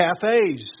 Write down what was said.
cafes